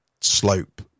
slope